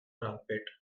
trumpet